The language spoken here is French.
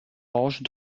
orge